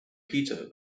peter